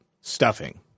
stuffing